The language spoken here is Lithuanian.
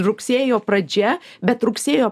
rugsėjo pradžia bet rugsėjo